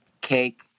cake